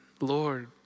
Lord